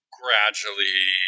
gradually